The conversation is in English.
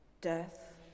Death